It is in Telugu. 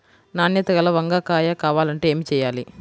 నాణ్యత గల వంగ కాయ కావాలంటే ఏమి చెయ్యాలి?